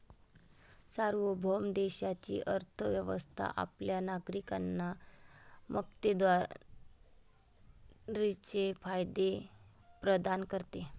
सार्वभौम देशाची अर्थ व्यवस्था आपल्या नागरिकांना मक्तेदारीचे फायदे प्रदान करते